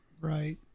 Right